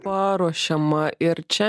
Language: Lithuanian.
paruošiama ir čia